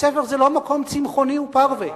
בית-ספר זה לא מקום צמחוני ופרווה.